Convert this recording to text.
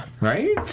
Right